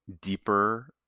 deeper